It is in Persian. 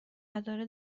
داره